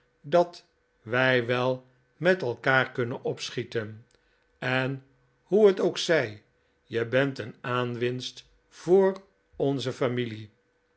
dat wij wel met elkaar kunnen opschieten en hoe het ook zij je bent een aanwinst voor onze familie